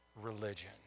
Religion